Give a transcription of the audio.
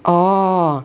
orh